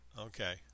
Okay